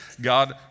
God